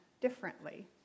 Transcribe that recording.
differently